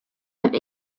have